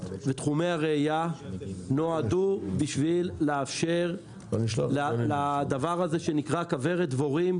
בתחומי הרעייה נועדו בשביל לאפשר לדבר הזה שנקרא כוורת דבורים,